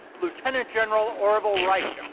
lieutenant general orville wright.